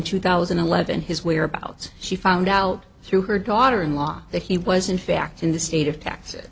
two thousand and eleven his whereabouts she found out through her daughter in law that he was in fact in the state of t